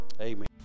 amen